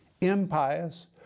impious